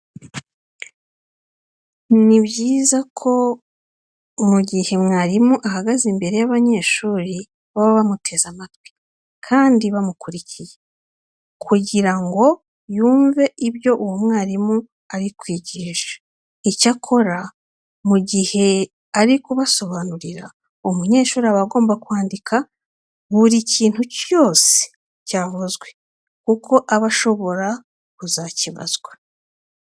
Ni byiza ko mu gihe umwarimu ahagaze imbere y'abanyeshuri baba bamuteze amatwi kandi bamukurikiye kugira ngo yumve ibyo uwo mwarimu ari kwigisha. Icyakora mu gihe ari kubasobanurira, umunyeshuri aba agomba kwandika buri kintu cyose cyavuzwe kuko aba ashobora kuzakibazwa.